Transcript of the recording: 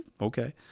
Okay